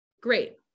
Great